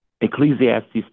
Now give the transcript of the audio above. Ecclesiastes